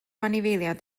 anifeiliaid